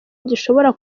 gishobora